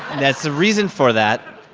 that's the reason for that.